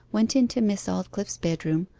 went into miss aldclyffe's bedroom,